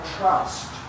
trust